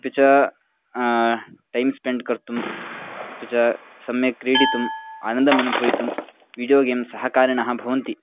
अपि च time spend कर्तुं अपि च सम्यक् क्रीडितुम् आनन्दमनुभवितुं वीडियो गेम्स् सहकारिणः भवन्ति